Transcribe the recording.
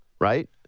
right